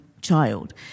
child